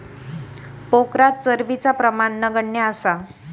पोखरात चरबीचा प्रमाण नगण्य असा